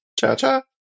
cha-cha